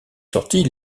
sorties